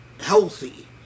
healthy